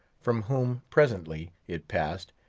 from whom, presently, it passed,